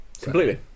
Completely